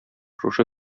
шушы